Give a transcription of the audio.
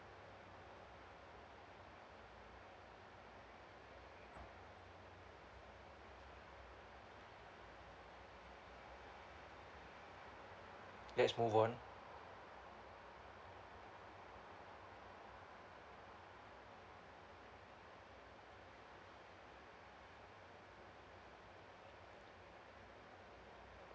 let's move on